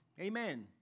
Amen